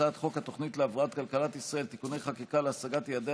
הצעת חוק התוכנית להבראת כלכלת ישראל (תיקוני חקיקה להשגת יעדי